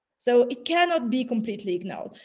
so it cannot be completely ignored.